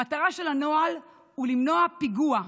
המטרה של הנוהל היא למנוע פיגוע,